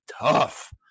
tough